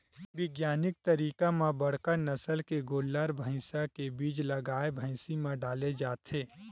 बिग्यानिक तरीका म बड़का नसल के गोल्लर, भइसा के बीज ल गाय, भइसी म डाले जाथे